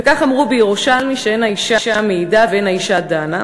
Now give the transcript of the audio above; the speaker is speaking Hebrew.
וכך אמרו בירושלמי שאין האישה מעידה ואין האישה דנה,